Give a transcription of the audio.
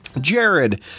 Jared